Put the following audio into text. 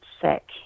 sick